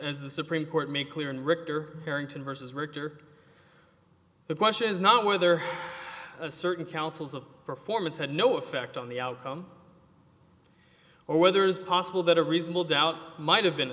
as the supreme court made clear in richter harrington versus richter the question is not whether a certain councils of performance had no effect on the outcome or whether it's possible that a reasonable doubt might have been